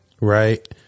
Right